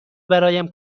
برایم